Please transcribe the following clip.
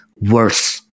worse